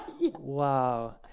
Wow